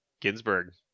Ginsburg